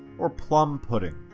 or plum pudding.